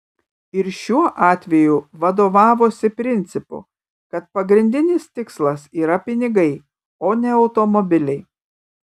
ir šiuo atveju vadovavosi principu kad pagrindinis tikslas yra pinigai o ne automobiliai